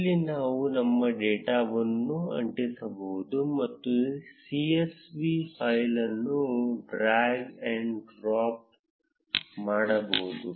ಇಲ್ಲಿ ನಾವು ನಮ್ಮ ಡೇಟಾವನ್ನು ಅಂಟಿಸಬಹುದು ಅಥವಾ csv ಫೈಲ್ ಅನ್ನು ಡ್ರ್ಯಾಗ್ ಮತ್ತು ಡ್ರಾಪ್ ಮಾಡಬಹುದು